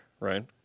Right